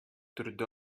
түрдө